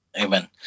Amen